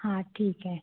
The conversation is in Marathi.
हां ठीक आहे